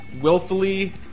willfully